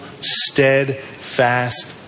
steadfast